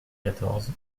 quatorze